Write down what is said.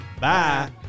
Bye